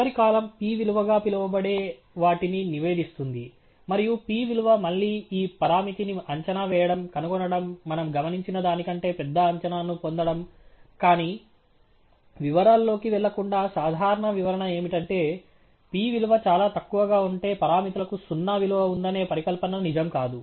చివరి column p విలువగా పిలువబడే వాటిని నివేదిస్తుంది మరియు p విలువ మళ్ళీ ఈ పరామితిని అంచనా వేయడం కనుగొనడం మనం గమనించిన దానికంటే పెద్ద అంచనాను పొందడం కానీ వివరాల్లోకి వెళ్లకుండా సాధారణ వివరణ ఏమిటంటే p విలువ చాలా తక్కువగా ఉంటే పరామితులకు సున్నా విలువ ఉందనే పరికల్పన నిజం కాదు